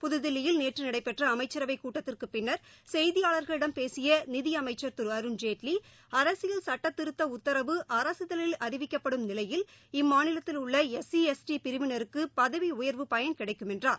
புதுதில்லியில் நேற்று நடைபெற்ற அமைச்சரவைக் கூட்டத்திற்குப்பின்னர் செய்தியாளர்களிடம் பேசிய நிதியமைச்சர் திரு அருண்ஜேட்லி அரசியல் சட்ட திருத்த உத்தரவு அரசிதழில் அறிவிக்கப்படும் நிலையில் இம்மாநிலத்திலுள்ள எஸ் சி எஸ் டி பிரிவினருக்கு பதவி உயர்வு பயன் கிடைக்கும் என்றார்